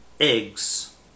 Eggs